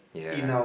yeah